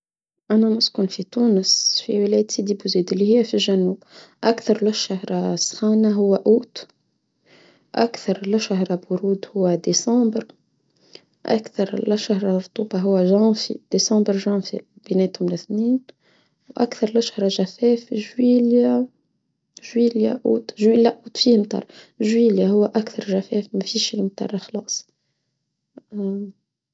أنا مسكن في تونس في ولاية سيدي بوزيدلية في الجنوب أكثر لو الشهرة سخانة هو أوت أكثر لو الشهرة برود هو ديسمبر أكثر الشهرة رطوبة هو ديسمبر جنفي أكثر الشهرة جفاف جوليا أوت جوليا هو أكثر جفاف مفيش يوم ترى خلاص.